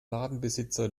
ladenbesitzer